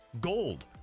gold